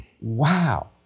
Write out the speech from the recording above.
Wow